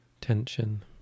tension